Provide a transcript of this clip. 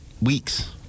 weeks